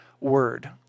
word